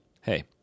Hey